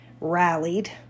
rallied